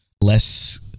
less